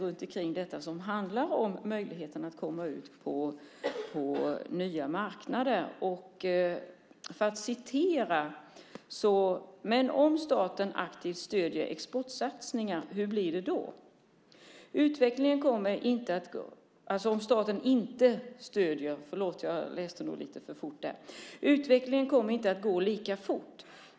Han svarar på frågor om möjligheterna att komma ut på nya marknader. En fråga som ställs är följande: "Men om inte staten aktivt stödjer exportsatsningar, hur blir det då tror du?" Svaret blir: "Utvecklingen kommer inte att gå lika fort.